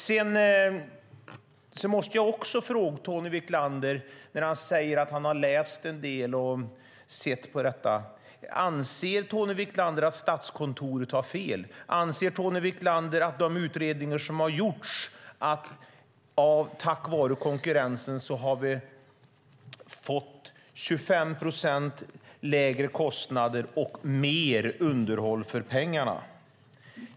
Sedan måste jag ställa en fråga till Tony Wiklander när han säger att han har läst en del och sett på detta. Anser Tony Wiklander att Statskontoret har fel? Vad anser Tony Wiklander om de utredningar som har gjorts, om att vi tack vare konkurrensen har fått 25 procent lägre kostnader och mer underhåll för pengarna?